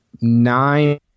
Nine